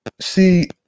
See